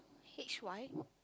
H Y